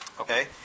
Okay